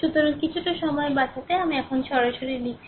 সুতরাং কিছুটা সময় বাঁচাতে আমি এখন সরাসরি লিখছি